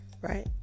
Right